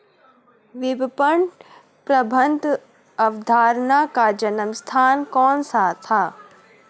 विपणन प्रबंध अवधारणा का जन्म स्थान कौन सा है?